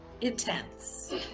intense